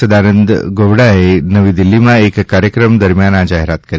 સદાનંદ ગોવડાએ નવી દીલ્હીમાં એક કાર્યક્રમ દરમિયાન આ જાહેરાત કરી